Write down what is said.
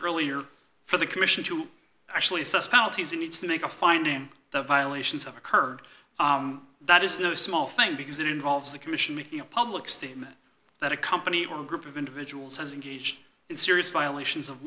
earlier for the commission to actually suss polities needs to make a finding that violations have occurred that is no small thing because it involves the commission making a public statement that a company or a group of individuals engaged in serious violations of